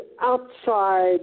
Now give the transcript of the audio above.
outside